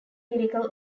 lyrical